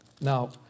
Now